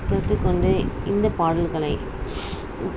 கற்று கொண்டு இந்த பாடல்களை